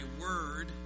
word